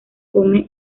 come